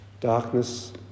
Darkness